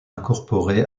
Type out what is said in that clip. incorporée